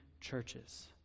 churches